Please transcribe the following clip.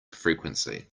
frequency